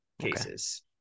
cases